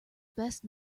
best